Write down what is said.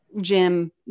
Jim